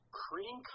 cream